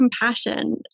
compassion